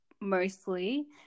mostly